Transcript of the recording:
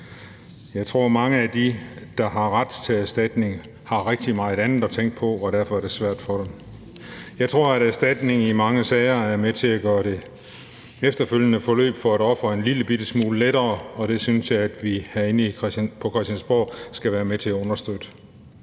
Jeg tror, at mange af dem, der har ret til erstatning, har rigtig meget andet at tænke på, og at det derfor er svært for dem. Jeg tror, at erstatning i mange sager er med til at gøre det efterfølgende forløb for et offer en lillebitte smule lettere, og det synes jeg at vi herinde på Christiansborg skal være med til at understøtte.